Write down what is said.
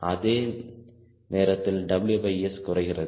அதே நேரத்தில் WS குறைகிறது